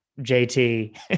JT